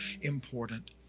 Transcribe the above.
important